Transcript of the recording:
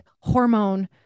hormone